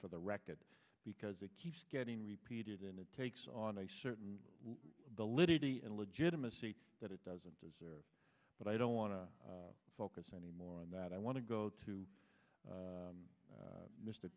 for the record because it keeps getting repeated and it takes on a certain ability and legitimacy that it doesn't deserve but i don't want to focus any more on that i want to go to